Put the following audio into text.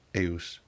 eus